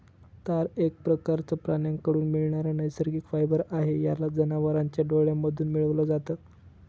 तार एक प्रकारचं प्राण्यांकडून मिळणारा नैसर्गिक फायबर आहे, याला जनावरांच्या डोळ्यांमधून मिळवल जात